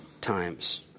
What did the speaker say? times